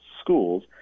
schools